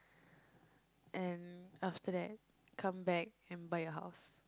and after that come back and buy a house